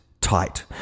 tight